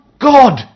God